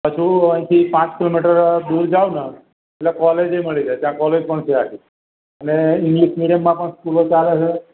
પાછું અહીંથી પાંચ કિલોમીટર દૂર જાવ ને એટલે કોલેજે ય મળી જાય ત્યાં કોલેજ પણ ત્યાં છે ને ઇંગ્લિશ મીડિયમમાં પણ સ્કૂલો ચાલે છે